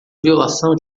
violação